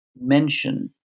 Mention